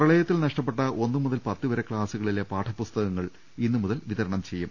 പ്രളയത്തിൽ നഷ്ടപ്പെട്ട ഒന്നു മുതൽ പത്ത് വരെ ക്ലാസുക ളിലെ പാഠപുസ്തകങ്ങൾ ഇന്നു മുതൽ വിതരണം ചെയ്യും